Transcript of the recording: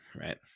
right